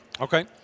Okay